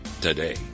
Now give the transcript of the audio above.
today